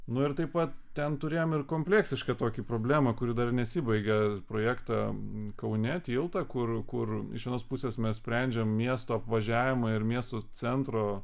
nu ir taip pat ten turėjom ir kompleksišką tokį problemą kuri dar nesibaigia projektą kaune tiltą kur kur iš vienos pusės mes sprendžiam miesto apvažiavimą ir miesto centro